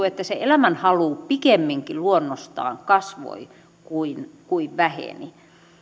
että se elämänhalu pikemminkin luonnostaan kasvoi kuin kuin väheni